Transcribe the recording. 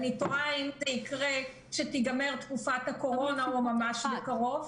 ואני תוהה אם זה יקרה כשתיגמר תקופת הקורונה או ממש בקרוב.